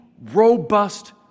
robust